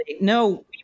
No